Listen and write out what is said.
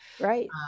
Right